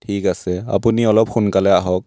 ঠিক আছে আপুনি অলপ সোনকালে আহক